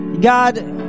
God